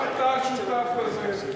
גם אתה שותף לזה.